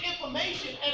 information